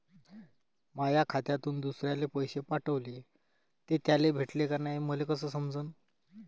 माया खात्यातून दुसऱ्याले पैसे पाठवले, ते त्याले भेटले का नाय हे मले कस समजन?